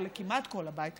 או כמעט כל הבית,